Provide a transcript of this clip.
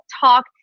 talk